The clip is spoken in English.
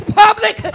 public